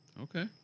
Okay